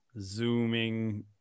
zooming